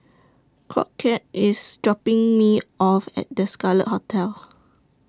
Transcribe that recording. Crockett IS dropping Me off At The Scarlet Hotel